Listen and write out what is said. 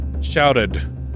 shouted